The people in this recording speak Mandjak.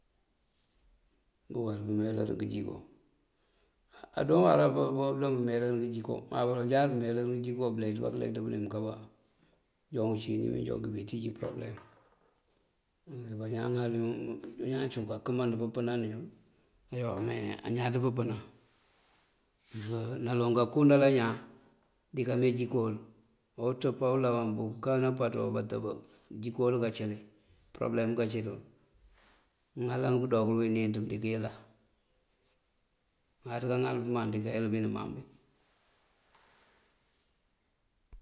Bukal pëmeyëlër ngëjiko, á adoon wará pá bëmeyëlër ngëjiko. Má baloŋ jáaţ bëmeyëlër ngëjiko bëleenţ bá këleenţ bënim kabá, joon nicí inim injoonk ibí ţíiji përobëlem. Yul yí bañaan ŋal ruŋ, yul yí bañaan cúun kakëmand pëpënan yul yoo. Me añaţ pëpënan waw naloŋ kakëndala ñaan dikame jikowul. Á utëpáa ulawan buká napaţo batëb jikowul kacëlí përobëlem kacíţul mëŋalank pëdookul wí níinţ mëndi kayëlan, ŋáaţ kaŋal pëman dikayël bí numaŋ bí.